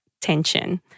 tension